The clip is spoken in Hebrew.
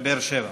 לבאר שבע.